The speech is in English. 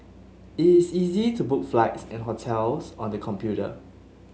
it is easy to book flights and hotels on the computer